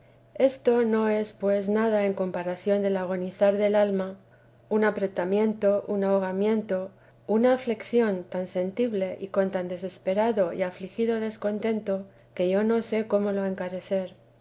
esto no es pues nada en comparación del agonizar del alma un apretamiento un ahogamiento una aflicción tan sensible y con tan desesperado y afligido descontento que yo no sé cómo lo encarecer